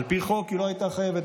על פי חוק היא הייתה חייבת,